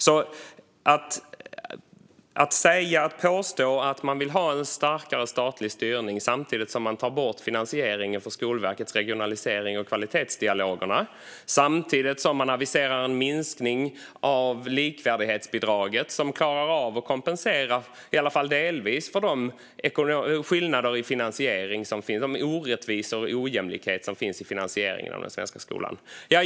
Man påstår att man vill ha en starkare statlig styrning samtidigt som man tar bort finansieringen för Skolverkets regionalisering och kvalitetsdialoger, samtidigt som man aviserar en minskning av likvärdighetsbidraget som klarar av att delvis kompensera för de orättvisor och ojämlikheter som finns i finansieringen av den svenska skolan.